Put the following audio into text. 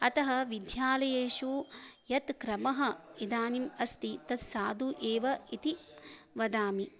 अतः विद्यालयेषु यत् क्रमः इदानीम् अस्ति तत् साधुः एव इति वदामि